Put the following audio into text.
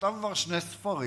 כתב כבר שני ספרים,